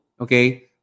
okay